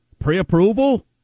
Pre-approval